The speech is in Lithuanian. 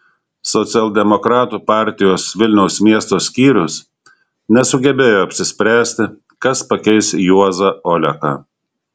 socialdemokratų partijos vilniaus miesto skyrius nesugebėjo apsispręsti kas pakeis juozą oleką